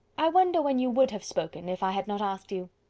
i wonder when you would have spoken, if i had not asked you!